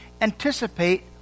anticipate